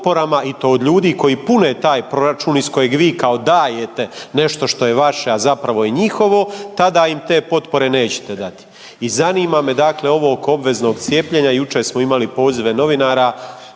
i to od ljudi koji pune taj proračun iz kojeg vi kao dajete nešto što je vaše a zapravo je njihovo, tada im te potpore nećete dati. I zanima me dakle ovo oko obveznog cijepljenja. Jučer smo imali pozive novinara